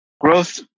Growth